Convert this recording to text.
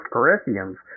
Corinthians